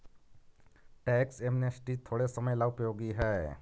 tax amnesty थोड़े समय ला उपयोगी हई